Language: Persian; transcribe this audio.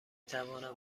توانم